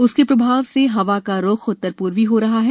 उसके प्रभाव से हवा का रुख उत्तर पूर्वी हो रहा है